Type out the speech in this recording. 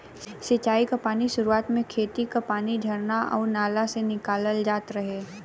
सिंचाई क पानी सुरुवात में खेती क पानी झरना आउर नाला से निकालल जात रहे